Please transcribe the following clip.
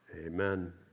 Amen